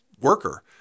worker